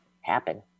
happen